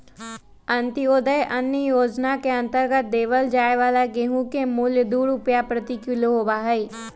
अंत्योदय अन्न योजना के अंतर्गत देवल जाये वाला गेहूं के मूल्य दु रुपीया प्रति किलो होबा हई